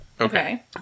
Okay